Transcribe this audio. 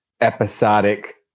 episodic